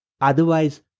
Otherwise